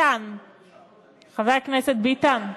חבר הכנסת ביטן.